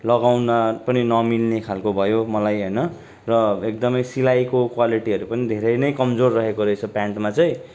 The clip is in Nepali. लगाउन पनि नमिल्ने खालको भयो मलाई होइन र एकदमै सिलाइको क्वालिटीहरू पनि धेरै नै कमजोर रहेको रहेछ प्यान्टमा चाहिँ